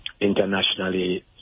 internationally